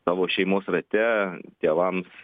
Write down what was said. savo šeimos rate tėvams